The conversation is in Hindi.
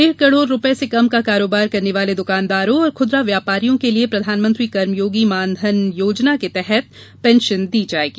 डेढ़ करोड़ रूपये से कम का कारोबार करने वाले दुकानदारों और खुदरा व्यापारियों के लिए प्रधानमंत्री कर्मयोगी मानधन योजना के तहत पेंशन दी जायेगी